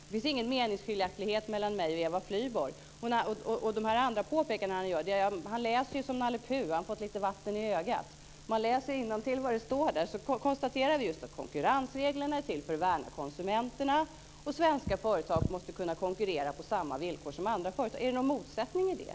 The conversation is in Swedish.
Det finns ingen meningsskiljaktighet mellan mig och Eva Flyborg. När det gäller de andra påpekanden som han gör läser han som Nalle Puh - han har fått lite vatten i ögat. När man läser innantill vad som står i texten kan man konstatera att konkurrensreglerna är till för att värna konsumenterna och att svenska företag måste kunna konkurrera på samma villkor som andra företag. Är det något konstigt med det?